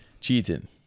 Cheating